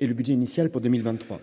et le budget initial pour 2023,